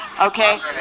Okay